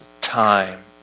time